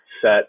set